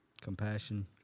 Compassion